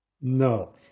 No